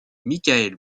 michael